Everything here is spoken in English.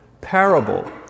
parable